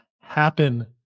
happen